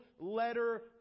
letter